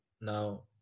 Now